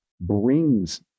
brings